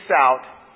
out